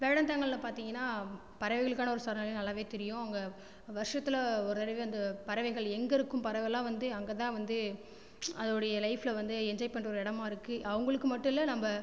வேடந்தாங்கல்ல பார்த்தீங்கனா பறவைகளுக்கான ஒரு சரணாலயம்னு நல்லாவே தெரியும் அங்கே வர்ஷத்தில் ஒரு நடைவை வந்து பறவைகள் எங்கே இருக்கும் பறவளாம் வந்து அங்கே தான் வந்து அதோடைய லைஃப்பில வந்து என்ஜாய் பண்ணுற ஒரு இடமாருக்கு அவங்களுக்கு மட்டு இல்லை நம்ப